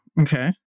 Okay